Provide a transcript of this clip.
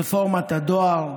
רפורמת הדואר,